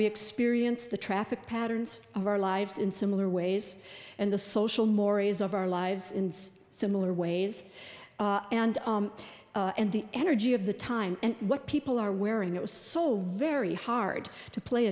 we experience the traffic patterns of our lives in similar ways and the social mores of our lives in similar ways and and the energy of the time and what people are wearing it was so very hard to play